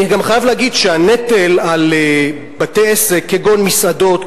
אני גם חייב להגיד שהנטל על בתי-עסק כגון מסעדות,